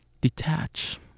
detach